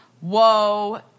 Whoa